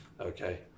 Okay